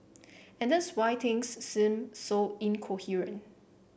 and that's why things seem so incoherent